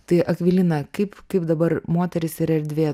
tai akvilina kaip kaip dabar moterys ir erdvė